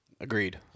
Agreed